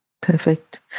Perfect